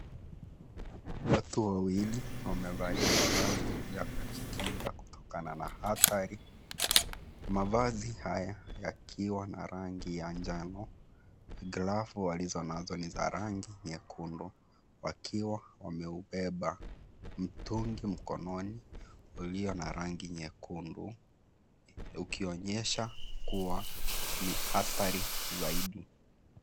Watu wawili, wamevalia mavazi ya kujikinga kutokana na hatari. Mavazi haya yakiwa na rangi ya njano, glavu walizonazo ni za rangi nyekundu, wakiwa wameubeba mtungi mkononi ulio na rangi nyekundu, ukionyesha kuwa ni hatari zaidi.